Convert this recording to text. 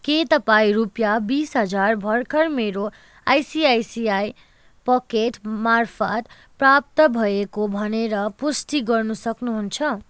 के तपाईँ रुपियाँ बिस हजार भर्खर मेरो आइसिआइसिआई पकेट मार्फत प्राप्त भएको भनेर पुष्टि गर्नसक्नु हुन्छ